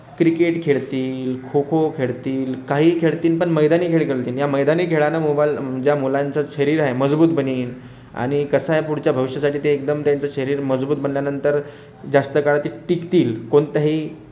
cricket खेळतील खो खो खेळतील काहीही खेळतील पण मैदानी खेळ खेळतील या मैदानी खेळानं मोबाइल ज्या मुलांचं शरीर आहे मजबूत बनेल आणि कसं आहे पुढच्या भविष्यासाठी ते एकदम त्यांचं शरीर मजबूत बनल्यानंतर जास्त काळ टिक टिकतील कोणत्याही